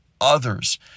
others